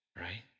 right